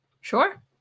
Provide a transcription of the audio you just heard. Sure